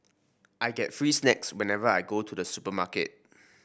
I get free snacks whenever I go to the supermarket